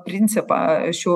principą šių